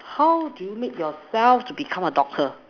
how do you make yourself to become a doctor